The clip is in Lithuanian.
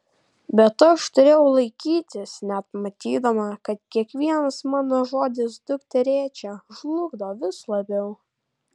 bet aš turėjau laikytis net matydama kad kiekvienas mano žodis dukterėčią žlugdo vis labiau